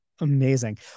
Amazing